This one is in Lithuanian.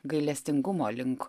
gailestingumo link